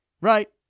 right